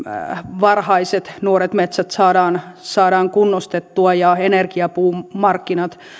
varhaiset nuoret metsät saadaan saadaan kunnostettua ja energiapuumarkkinat